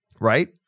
right